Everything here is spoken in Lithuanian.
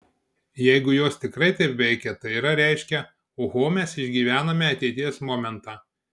jeigu jos tikrai taip veikia tai yra reiškia oho mes išgyvename ateities momentą